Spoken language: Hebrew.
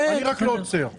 אני רק לא עוצר.